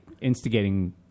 instigating